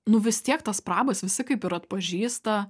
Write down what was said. nu vis tiek tas prabas visi kaip ir atpažįsta